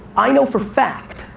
i know for fact,